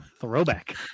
throwback